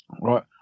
Right